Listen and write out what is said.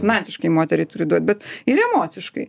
finansiškai moteriai turi duot bet ir emociškai